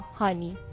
honey